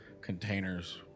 containers